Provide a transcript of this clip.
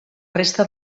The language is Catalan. resta